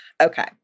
okay